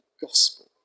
gospel